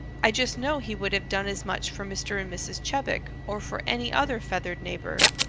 i just know he would have done as much for mr. and mrs. chebec, or for any other feathered neighbor.